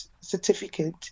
certificate